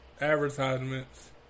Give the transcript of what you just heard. advertisements